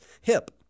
hip